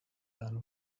done